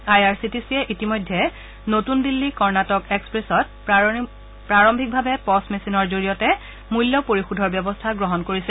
আই R C T চিয়ে ইতিমধ্যে নতুন দিল্লী কৰ্ণাটক এক্সপ্ৰেছত প্ৰাৰম্ভিকভাৱে পচ মেচিনৰ জৰিয়তে মূল্য পৰিশোধৰ ব্যৱস্থা গ্ৰহণ কৰিছে